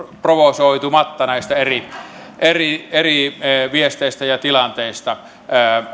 provosoitumatta näistä eri eri viesteistä ja tilanteista